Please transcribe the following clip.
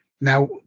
now